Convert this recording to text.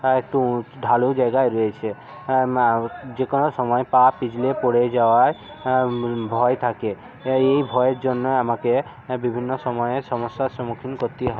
তা একটু উ ঢালু জায়গায় রয়েছে যে কোনো সময় পা পিছলে পড়ে যাওয়ার ভয় থাকে এই ভয়ের জন্যে আমাকে বিভিন্ন সময়ের সমস্যার সম্মুখীন করতে হ